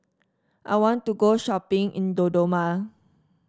I want to go shopping in Dodoma